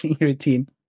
routine